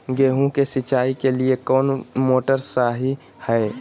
गेंहू के सिंचाई के लिए कौन मोटर शाही हाय?